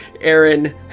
Aaron